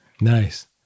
Nice